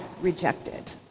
rejected